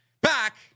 back